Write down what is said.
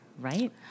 right